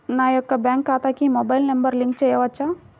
నా యొక్క బ్యాంక్ ఖాతాకి మొబైల్ నంబర్ లింక్ చేయవచ్చా?